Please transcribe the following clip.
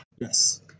Yes